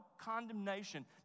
condemnation